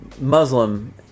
Muslim